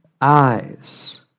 eyes